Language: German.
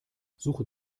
suche